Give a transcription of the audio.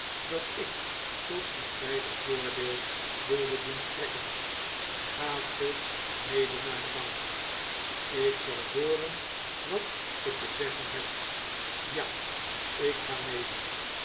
dat ik tot ons beider voordeel wilde doen strekken gaat ge mede naar de bank ik zal hooren wat ge te zeggen hebt ja ik ga mede